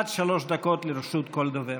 עד שלוש דקות לרשות כל דובר.